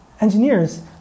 engineers